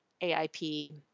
AIP